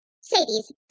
Sadie's